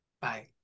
Bye